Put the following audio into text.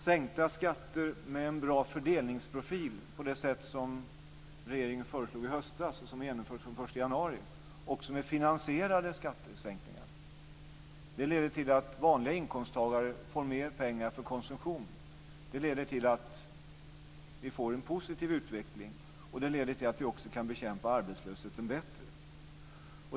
Sänkta skatter med en bra fördelningsprofil på det sätt som regeringen föreslog i höstas och som genomfördes från den 1 januari, och som är finansierade skattesänkningar, leder till att vanliga inkomsttagare får mer pengar för konsumtion. Det leder till att vi får en positiv utveckling. Det leder också till att vi kan bekämpa arbetslösheten bättre.